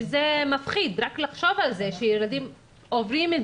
שמפחיד רק לחשוב על כך שילדים עוברים את